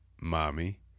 Mommy